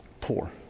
poor